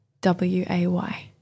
w-a-y